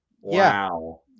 Wow